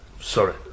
Sorry